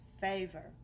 favor